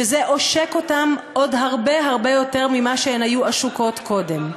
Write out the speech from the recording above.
שזה עושק אותן עוד הרבה הרבה יותר ממה שהן היו עשוקות קודם.